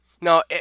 Now